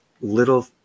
little